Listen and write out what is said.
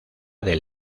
del